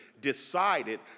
decided